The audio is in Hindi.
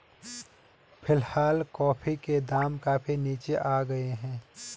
फिलहाल कॉफी के दाम काफी नीचे आ गए हैं